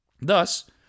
Thus